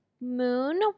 moon